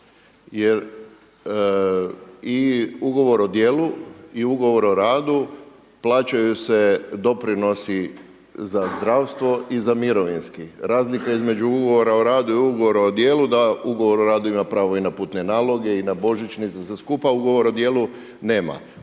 jer i ugovor o djelu i ugovor o radu plaćaju se doprinosi za zdravstvo i za mirovinski, razlika između ugovora o radu i ugovora o djelu je da ugovor o radu ima pravo i na putne naloge i na božićnice, sve skupa. Ugovor o dijelu nema.